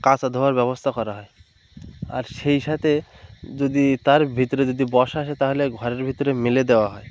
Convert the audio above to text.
কাচা ধোয়ার ব্যবস্থা করা হয় আর সেই সাথে যদি তার ভেতরে যদি বর্ষা আসে তাহলে ঘরের ভেতরে মেলে দেওয়া হয়